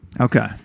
Okay